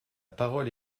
parole